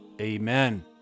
amen